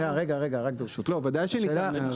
לא, ודאי שניתן.